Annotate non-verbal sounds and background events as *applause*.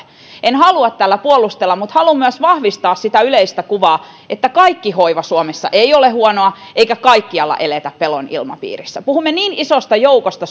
en halua tällä puolustella mutta haluan myös vahvistaa sitä yleistä kuvaa että kaikki hoiva suomessa ei ole huonoa eikä kaikkialla eletä pelon ilmapiirissä puhumme niin isosta joukosta *unintelligible*